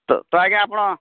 ତ ତ ଆଜ୍ଞା ଆପଣ